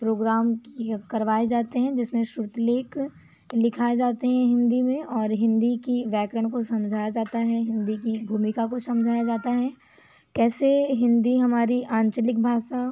programme कि करवाए जाते हैं जिसमें श्रुतिलेख लिखाए जाते हैं हिंदी में और हिंदी की व्याकरण को समझाया जाता है हिंदी की भूमिका को समझाया जाता है कैसे हिंदी हमारी आंचलिक भाषा